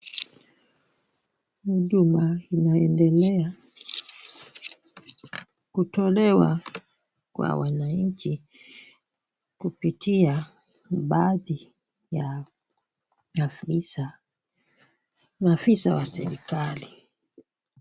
Huduma inaendelea kutolewa kwa wananchi kupitia baadhi ya afisa wa serikali.